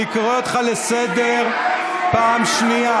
אני קורא אותך לסדר פעם שנייה.